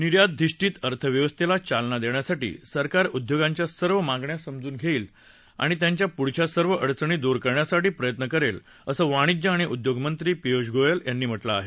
निर्यातधिष्ठित अर्थव्यवस्थेला चालना देण्यासाठी सरकार उद्योगांच्या सर्व मागण्या समजून घेईल आणि त्यांच्या पुढच्या सर्व अडचणी दूर करण्यासाठी प्रयत्न करेल असं वाणिज्य आणि उद्योगमंत्री पियुष गोयल यांनी म्हटलं आहे